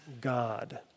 God